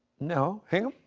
no hingham?